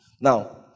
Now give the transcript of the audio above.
Now